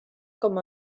com